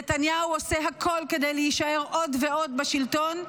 נתניהו עושה הכול כדי להישאר עוד ועוד בשלטון,